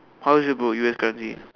how is it bro U_S currency